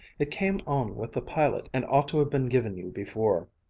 it came on with the pilot and ought to have been given you before.